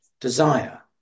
desire